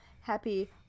Happy